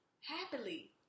happily